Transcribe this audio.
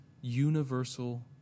universal